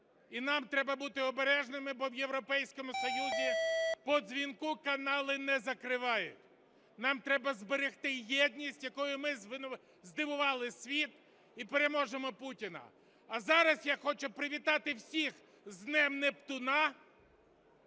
І нам треба бути обережними, бо в Європейському Союзі по дзвінку канали не закривають. Нам треба зберегти єдність, якою ми здивували світ, і переможемо Путіна. А зараз я хочу привітати всіх з "днем Нептуна".